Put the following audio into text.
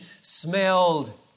smelled